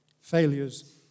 failures